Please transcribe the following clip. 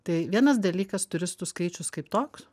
tai vienas dalykas turistų skaičius kaip toks